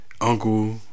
Uncle